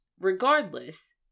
Regardless